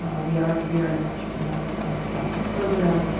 ah we are very much behind on our capital program,